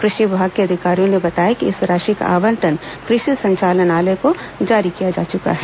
कृषि विभाग के अधिकारियों ने बताया कि इस राशि का आवंटन कृषि संचालनालय को जारी किया जा चुका है